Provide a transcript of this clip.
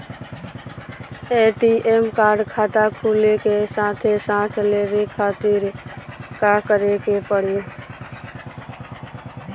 ATM card खाता खुले के साथे साथ लेवे खातिर का करे के पड़ी?